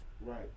Right